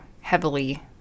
heavily